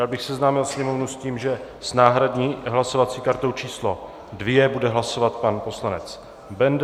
Rád bych seznámil sněmovnu s tím, že s náhradní hlasovací kartou číslo 2 bude hlasovat pan poslanec Benda.